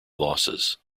losses